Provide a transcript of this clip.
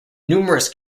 numerous